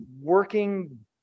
working